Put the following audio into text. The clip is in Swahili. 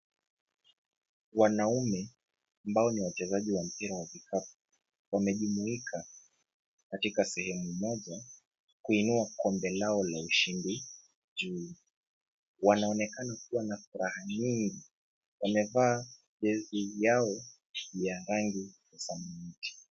Wanaume, ambao ni wachezaji wa mpira wa kikapu wamejumuika katika sehemu moja kuinua kombe lao la ushindi juu. Wanaonekana kuwa na furaha nyingi. Wamevaa jezi yao ya rangi ya samawati.